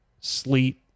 Sleet